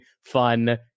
fun